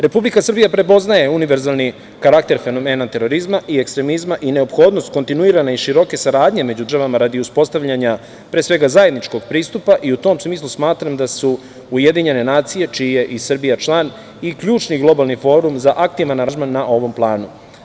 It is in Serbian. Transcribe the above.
Republika Srbija prepoznaje univerzalni karakter fenomena terorizma i ekstremizma i neophodnost kontinuirane i široke saradnje među državama radi uspostavljanja, pre svega, zajedničkog pristupa i u tom smislu smatram da su UN, čiji je i Srbija član, i ključni i globalni forum za aktivan aranžman na ovom planu.